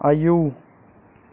आयौ